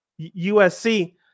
USC –